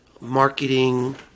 marketing